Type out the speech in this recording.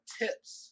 tips